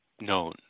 known